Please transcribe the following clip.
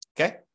Okay